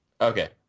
Okay